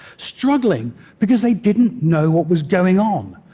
struggling because they didn't know what was going on.